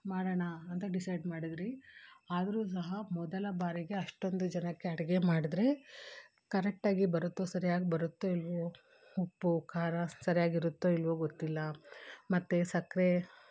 ಮಾಡೋಣ ಅಂತ ಡಿಸೈಡ್ ಮಾಡಿದ್ರಿ ಆದರೂ ಸಹ ಮೊದಲ ಬಾರಿಗೆ ಅಷ್ಟೊಂದು ಜನಕ್ಕೆ ಅಡಿಗೆ ಮಾಡಿದರೆ ಕರೆಟ್ಟಾಗಿ ಬರುತ್ತೊ ಸರಿಯಾಗಿ ಬರುತ್ತೊ ಇಲ್ಲವೋ ಉಪ್ಪು ಖಾರ ಸರಿಯಾಗಿರುತ್ತೊ ಇಲ್ಲವೊ ಗೊತ್ತಿಲ್ಲ ಮತ್ತು ಸಕ್ಕರೆ